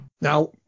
Now